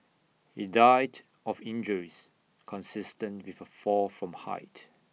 he died of injuries consistent with A fall from height